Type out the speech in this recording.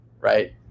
right